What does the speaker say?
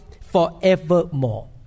forevermore